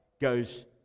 Goes